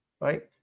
Right